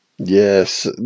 yes